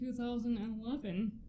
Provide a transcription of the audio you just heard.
2011